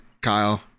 Kyle